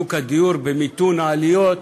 שוק הדיור, במיתון העליות,